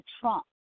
Trump